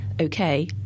okay